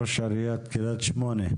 ראש עיריית קריית שמונה.